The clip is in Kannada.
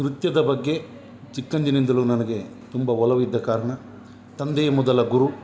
ನೃತ್ಯದ ಬಗ್ಗೆ ಚಿಕ್ಕಂದಿನಿಂದಲು ನನಗೆ ತುಂಬ ಒಲವಿದ್ದ ಕಾರಣ ತಂದೆಯೇ ಮೊದಲ ಗುರು